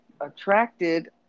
attracted